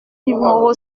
numéro